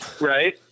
right